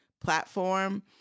platform